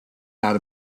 out